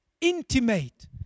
intimate